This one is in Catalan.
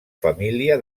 família